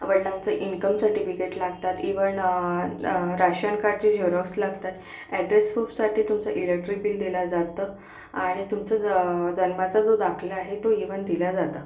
वडिलांचं income certificate लागतात इव्हणं राशन कार्डची झेरॉक्स लागतात ॲड्रेस प्रूफसाठी तुमचं इलेक्ट्रिक बिल दिल्या जातं आणि तुमचं जन्माचं जो दाखला आहे तो इव्हन दिल्या जातं